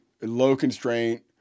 low-constraint